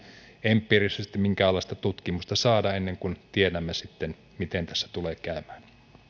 empiirisesti minkäänlaista tutkimusta saada ennen kuin tiedämme sitten miten tässä tulee käymään